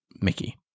Mickey